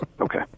Okay